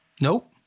Nope